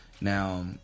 Now